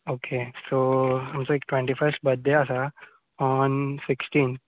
okay so आमचो एक twenty first बद्दे आसा ऑन सिक्स्टींत